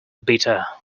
bitter